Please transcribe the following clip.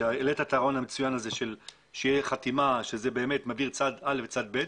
כשהעלית את הרעיון המצוין הזה שתהיה חתימה שבאמת מעבירים מצד א' לצד ב',